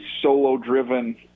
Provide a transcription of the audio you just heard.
solo-driven